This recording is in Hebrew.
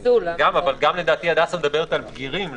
גם, אבל גם לדעתי הדס מדברת על בגירים.